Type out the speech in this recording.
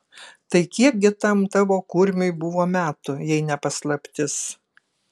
tai kiek gi tam tavo kurmiui buvo metų jei ne paslaptis